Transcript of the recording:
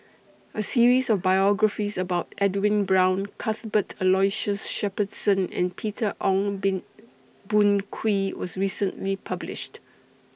A series of biographies about Edwin Brown Cuthbert Aloysius Shepherdson and Peter Ong been Boon Kwee was recently published